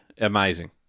amazing